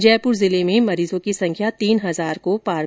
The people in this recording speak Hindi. जयपुर जिले में नए मरीजों की संख्या तीन हजार को पार कर गई